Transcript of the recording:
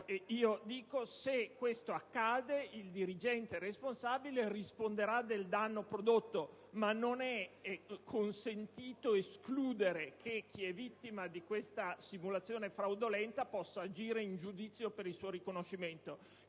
se questo accade, il dirigente responsabile risponderà del danno erariale prodotto; ma non è consentito escludere che chi è vittima di questa simulazione fraudolenta possa agire in giudizio per il suo riconoscimento.